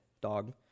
dog